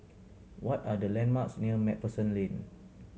what are the landmarks near Macpherson Lane